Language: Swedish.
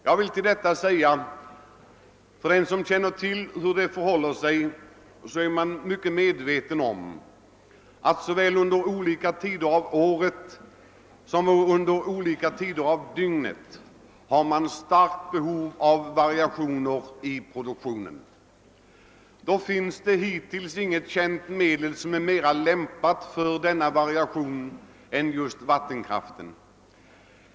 Jag vill som svar säga att den som känner till hur det förhåller sig är väl medveten om att såväl under olika tider av året som under olika tider av dygnet har man starkt behov av variationer i produktionen. Då finns det inget hittills känt medel som är mera lämpat för denna variation än just vattenkraften.